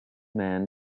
man